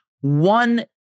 One